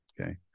okay